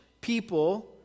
people